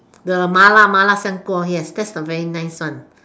the mala mala 香锅 that's the very nice one